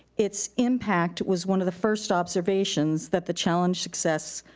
its impact was one of the first observations that the challenge success